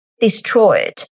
destroyed